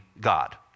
god